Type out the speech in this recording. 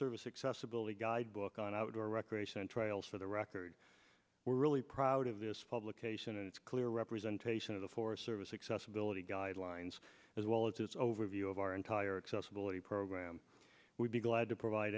service accessibility guidebook on outdoor recreation trails for the record we're really proud of this publication and it's clear representation of the forest service accessibility guidelines as well as his overview of our entire accessibility program we'd be glad to provide